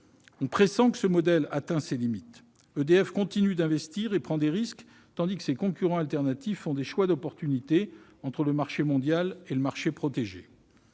On pressent que ce modèle atteint ses limites. EDF continue d'investir et prend des risques, tandis que ses concurrents alternatifs font des choix d'opportunité entre le marché mondial et le marché protégé.